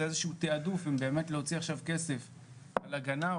זה איזשהו תיעדוף ובאמת להוציא עכשיו כסף על הגנה,